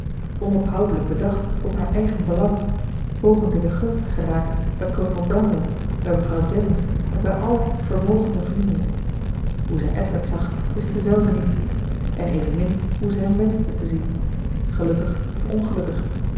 onophoudelijk bedacht op haar eigen belang pogend in de gunst te geraken bij kolonel brandon bij mevrouw jennings en bij alle vermogende vrienden hoe zij edward zag wist zij zelve niet en evenmin hoe zij hem wenschte te zien gelukkig of ongelukkig